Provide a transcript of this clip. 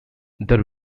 there